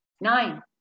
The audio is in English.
nine